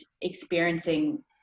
experiencing